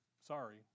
Sorry